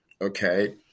Okay